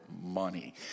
money